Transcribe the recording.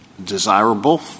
Desirable